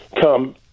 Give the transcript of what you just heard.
come